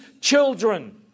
children